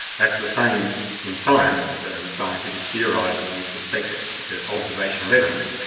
that's the same in science and scientific theorisng with respect to observational evidence.